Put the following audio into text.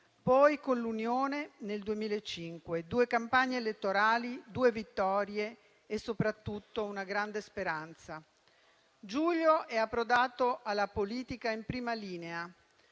poi con l'Unione nel 2005: due campagne elettorali, due vittorie e, soprattutto, una grande speranza. Giulio è approdato alla politica in prima linea